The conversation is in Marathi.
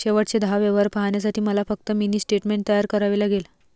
शेवटचे दहा व्यवहार पाहण्यासाठी मला फक्त मिनी स्टेटमेंट तयार करावे लागेल